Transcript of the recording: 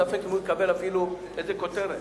ספק אם יקבל אפילו איזו כותרת.